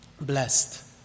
blessed